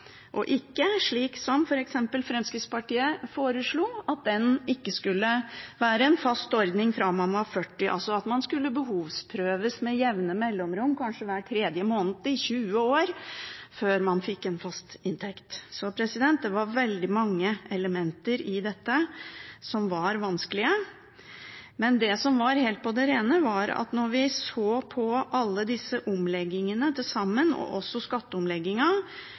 og ikke slik som f.eks. Fremskrittspartiet foreslo, at den ikke skulle være en fast ordning fra man var 40 år, men at den skulle behovsprøves med jevne mellomrom, kanskje hver tredje måned i 20 år, før man fikk en fast inntekt. Det var veldig mange elementer i dette som var vanskelige, men det som var helt på det rene, var at da vi så på alle disse omleggingene til sammen, og også